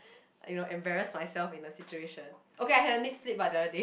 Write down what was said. you know embarrass myself in a situation okay I had a nip slip but the other day